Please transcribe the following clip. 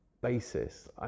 basis